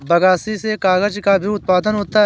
बगासी से कागज़ का भी उत्पादन होता है